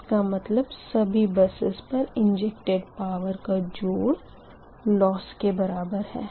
इसका मतलब सभी बसेस पर इंजेक्टड पावर का जोड़ लोस के बराबर है